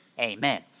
Amen